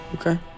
okay